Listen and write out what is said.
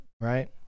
right